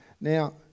Now